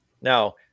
Now